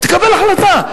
תקבל החלטה,